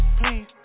please